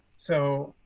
so,